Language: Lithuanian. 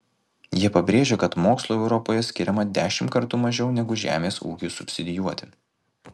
jie pabrėžia kad mokslui europoje skiriama dešimt kartų mažiau negu žemės ūkiui subsidijuoti